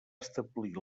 establir